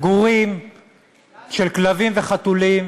גורים של כלבים וחתולים